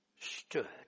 stood